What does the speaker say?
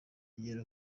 bigera